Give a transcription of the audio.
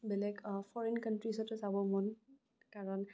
বেলেগ ফৰেইন কাণ্ট্ৰীজতো যাব মন কাৰণ